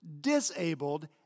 disabled